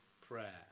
prayer